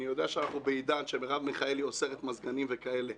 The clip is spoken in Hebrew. אני יודע שאנחנו בעידן שמרב מיכאלי אוסרת מזגנים וכאלה,